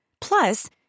Plus